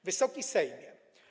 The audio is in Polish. Wysoki Sejmie!